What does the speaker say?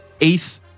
eighth